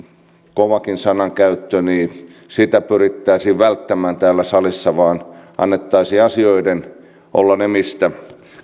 kovaakin sanankäyttöä pyrittäisiin välttämään täällä salissa ja annettaisiin asioiden olla ne mistä